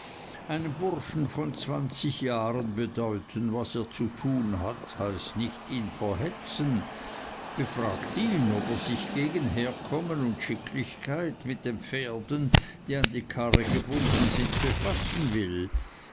einem burschen von zwanzig jahren bedeuten was er zu tun hat heißt nicht ihn verhetzen befragt ihn ob er sich gegen herkommen und schicklichkeit mit den pferden die an die karre gebunden sind befassen will